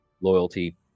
loyalty